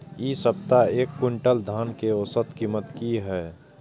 इ सप्ताह एक क्विंटल धान के औसत कीमत की हय?